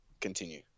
Continue